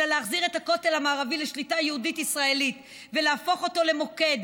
אלא להחזיר את הכותל המערבי לשליטה יהודית-ישראלית ולהפוך אותו למוקד,